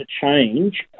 change